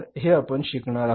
हे आपण शिकणार आहोत